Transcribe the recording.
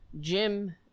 Jim